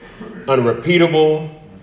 unrepeatable